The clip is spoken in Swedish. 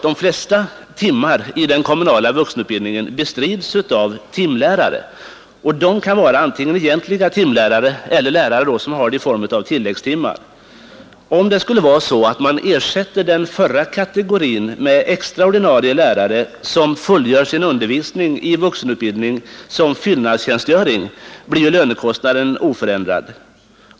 De flesta timmar i den kommunala vuxenutbildningen bestrides av timlärare. De kan vara antingen behjälpliga timlärare eller lärare som fullgör undervisningen i form av tilläggstimmar. Om det skulle vara så att man ersätter den förra kategorin med extra ordinarie lärare som fullgör sin undervisning i vuxenutbildningen som fyllnadstjänstgöring blir lönekostnaden oförändrad.